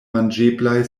manĝeblaj